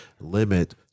Limit